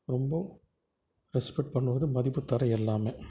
ரொம்ப ரெஸ்பெக்ட் பண்ணுவது மதிப்பு தர்ற எல்லாமே